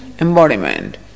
embodiment